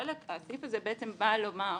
הסעיף הזה בא לומר,